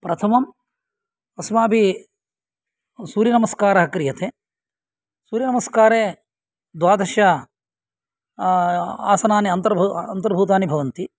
प्रथमम् अस्माभिः सूर्यनमस्कारः क्रियते सूर्यनमस्कारे द्वादश आसनानि अन्तर्भूतानि भवन्ति